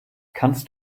kannst